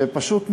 שפשוט מאוזרחת.